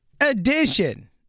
edition